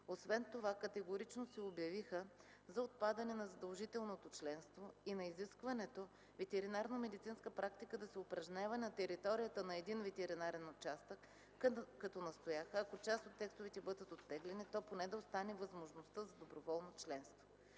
Освен това категорично се обявиха за отпадане на задължителното членство и на изискването ветеринарномедицинска практика да се упражнява на територията на един ветеринарен участък, като настояха, ако част от текстовете бъдат оттеглени, то поне да остане възможността за доброволно членство.